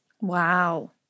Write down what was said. Wow